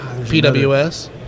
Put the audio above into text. PWS